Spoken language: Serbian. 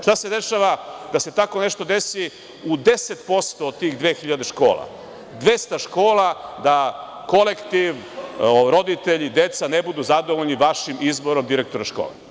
Šta se dešava kad bi se tako nešto desilo u 10% od tih dve hiljade škola, dvesta škola, da kolektiv, roditelji, deca, ne budu zadovoljni vašim izborom direktora škole?